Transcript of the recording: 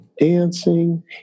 dancing